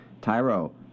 Tyro